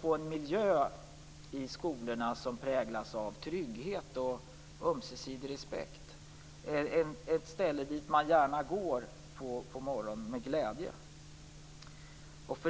få en miljö i skolorna som präglas av trygghet och ömsesidig respekt. Skolan skall vara ett ställe dit man gärna och med glädje går på morgonen.